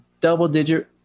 double-digit